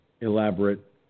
elaborate